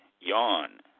Yawn